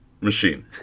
machine